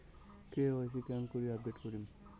KYC কেঙ্গকরি update করিম?